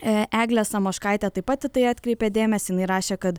eglė samoškaitė taip pat į tai atkreipė dėmesį jinai rašė kad